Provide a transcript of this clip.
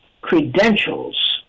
credentials